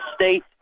state